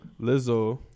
Lizzo